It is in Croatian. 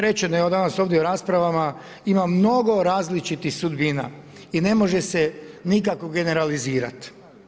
Rečeno je danas ovdje u raspravama, ima mnogo različitih sudbina i ne može se nikako generalizirati.